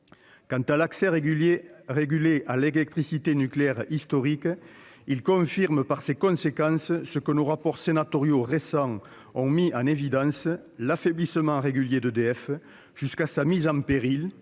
de l'accès régulé à l'électricité nucléaire historique confirment ce que nos rapports sénatoriaux récents ont mis en évidence : l'affaiblissement régulier d'EDF, jusqu'à sa mise en péril